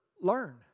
learn